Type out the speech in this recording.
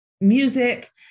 music